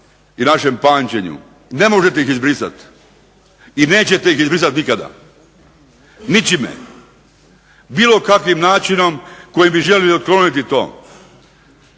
i našem pamćenju. Ne možete ih izbrisati i nećete ih izbrisati nikada, ničime, bilo kakvim načinom kojim bi željeli otkloniti to.